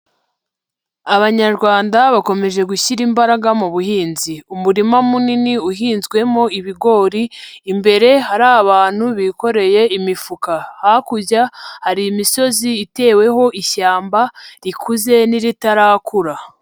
Abanyarwanda bakomeje gushyira imbaraga mu buhinzi. Umurima munini uhinzwemo ibigori, imbere hari abantu bikoreye imifuka. Hakurya hari imisozi iteweho ishyamba rikuze n'iritarakura.